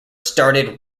started